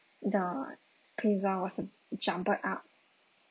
the pizza was jumble up